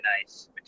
nice